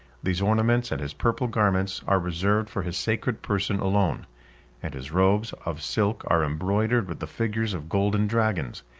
these ornaments, and his purple garments, are reserved for his sacred person alone and his robes of silk are embroidered with the figures of golden dragons.